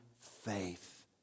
faith